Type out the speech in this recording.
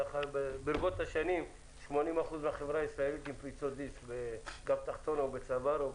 וברבות השנים 80% מהחברה הישראלית עם פריצות דיסק בגב תחתון או בצוואר.